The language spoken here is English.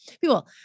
people